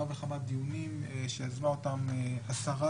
וכמה דיונים שיזמה אותם בזמנו השרה,